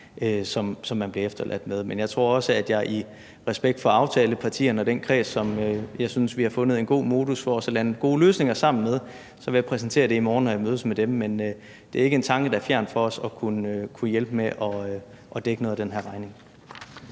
som man bliver efterladt med. Men jeg tror også, at jeg i respekt for aftalepartierne og den kreds, hvor jeg synes at vi har fundet en god modus for at lande gode løsninger sammen, vil præsentere det i morgen, når jeg mødes med dem. Men at kunne hjælpe med at dække noget af den her regning